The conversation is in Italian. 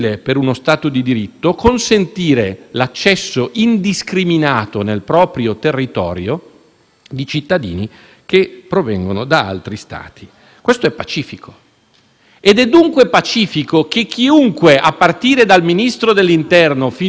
di cittadini che provengono da altri Stati. Questo è pacifico ed è dunque pacifico che chiunque, a partire dal Ministro dell'interno fino all'ultimo dei pubblici ufficiali in servizio nel nostro Paese, abbia un preciso non solo diritto, ma direi